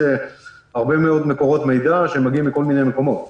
להרבה מאוד מקורות מידע שמגיעים מכל מיני מקומות.